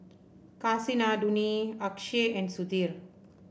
Kasinadhuni Akshay and Sudhir